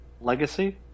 Legacy